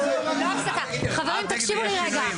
10:38) חברים, תקשיבו לי רגע.